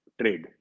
trade